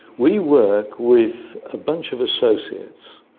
we work with a bunch of associates,